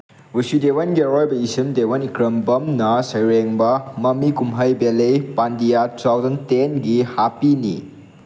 ꯚꯁꯨꯗꯦꯕꯥꯟꯒꯤ ꯑꯔꯣꯏꯕ ꯏꯁꯩ ꯗꯦꯕꯥꯟ ꯏꯀ꯭ꯔꯝꯕꯝꯅ ꯁꯩꯔꯦꯡꯕ ꯃꯃꯤ ꯀꯨꯝꯍꯩ ꯕꯦꯂꯦ ꯄꯥꯟꯗꯤꯌꯥ ꯇꯨ ꯊꯥꯎꯖꯟ ꯇꯦꯟꯒꯤ ꯍꯥꯞꯄꯤꯅꯤ